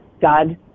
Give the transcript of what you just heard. God